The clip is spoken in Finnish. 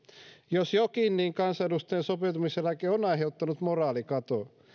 jos jokin niin kansanedustajan sopeutumiseläke on aiheuttanut moraalikatoa